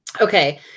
Okay